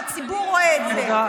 והציבור רואה את זה.